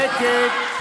שקט.